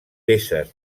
peces